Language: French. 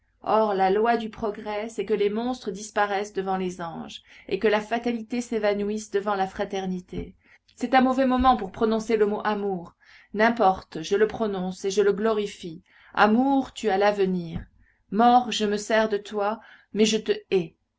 or la loi du progrès c'est que les monstres disparaissent devant les anges et que la fatalité s'évanouisse devant la fraternité c'est un mauvais moment pour prononcer le mot amour n'importe je le prononce et je le glorifie amour tu as l'avenir mort je me sers de toi mais je te